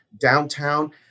downtown